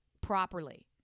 properly